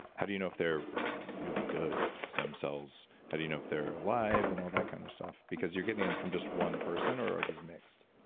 how do you know if there are really good stem cells? how do you know if they're alive and all that kind of stuff because you're getting in from just one person or are these mixed?